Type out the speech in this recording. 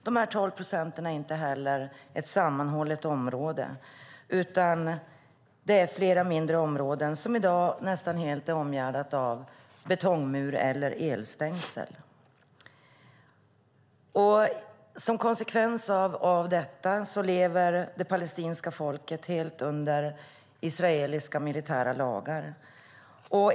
De 12 procenten är inte heller ett sammanhållet område, utan det är flera mindre områden som i dag nästan helt är omgärdade av betongmurar eller elstängsel. Som en konsekvens av detta lever det palestinska folket helt under israeliska militära lagar.